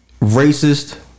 racist